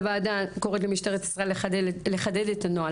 הוועדה קוראת למשטרת ישראל לחדד את הנוהל,